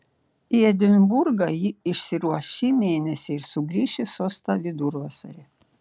į edinburgą ji išsiruoš šį mėnesį ir sugrįš į sostą vidurvasarį